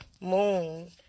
moon